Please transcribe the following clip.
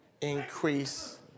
Increase